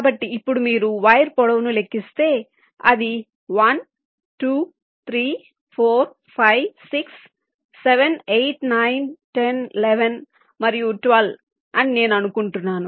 కాబట్టి ఇప్పుడు మీరు వైర్ పొడవును లెక్కిస్తే అది 1 2 3 4 5 6 7 8 9 10 11 మరియు 12 అని నేను అనుకుంటున్నాను